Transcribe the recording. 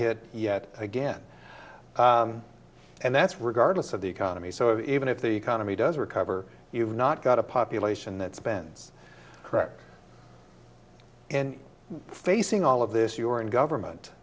hit yet again and that's regardless of the economy so even if the economy does recover you've not got a population that spends correct and facing all of this you are in government